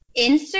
Instagram